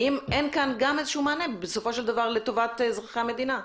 האם אין כאן מענה לטובת אזרחי המדינה?